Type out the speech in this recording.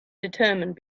determined